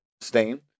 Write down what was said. stain